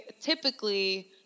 typically